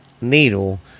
Needle